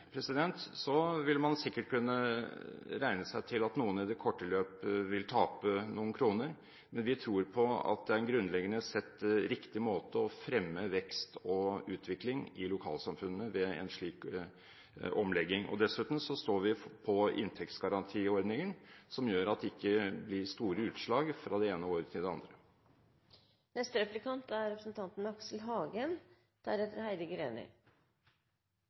ser så statisk på verden som representanten Olsen gjør, vil man sikkert kunne regne seg til at noen i det korte løp vil tape noen kroner, men vi tror at en slik omlegging er en grunnleggende sett riktig måte å fremme vekst og utvikling i lokalsamfunnene på. Dessuten står vi på inntektsgarantiordningen, som gjør at det ikke blir store utslag fra det ene året til det andre. La oss skli litt unna dette med privatisering og konkurranseutsetting. Spørsmålet mitt til Høyre er: